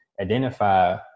identify